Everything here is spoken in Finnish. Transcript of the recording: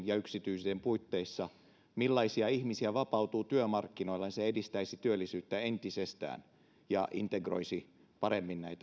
ja yksityisyyden puitteissa tiedon siitä millaisia ihmisiä vapautuu työmarkkinoille se edistäisi työllisyyttä entisestään ja integroisi paremmin